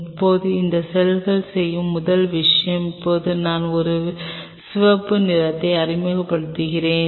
இப்போது இந்த செல்கள் செய்யும் முதல் விஷயம் இப்போது நான் ஒரு சிவப்பு நிறத்தை அறிமுகப்படுத்துகிறேன்